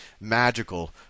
magical